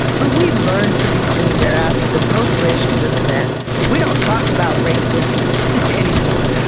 but we learned pretty soon thereafter that post-racial just meant we don't talk about racism anymore.